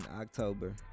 October